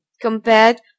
compared